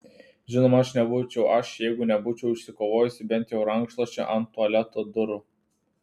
žinoma aš nebūčiau aš jeigu nebūčiau išsikovojusi bent jau rankšluosčio ant tualeto durų